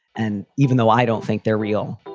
and even though i don't think they're real,